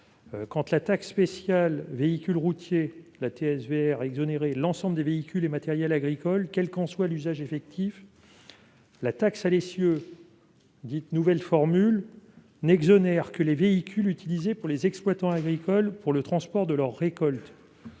que la taxe spéciale sur certains véhicules routiers (TSVR) exonérait l'ensemble des véhicules et matériels agricoles quel qu'en soit leur usage, la taxe à l'essieu « nouvelle formule » n'exonère que les « véhicules utilisés par les exploitants agricoles pour le transport de leurs récoltes